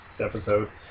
episode